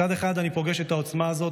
מצד אחד אני פוגש את העוצמה הזאת,